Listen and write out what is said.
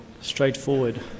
straightforward